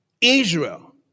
Israel